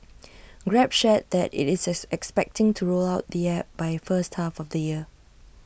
grab shared that IT is expecting to roll out the app by first half of the year